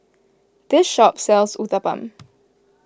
this shop sells Uthapam